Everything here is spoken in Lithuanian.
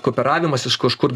kooperavimas iš kažkur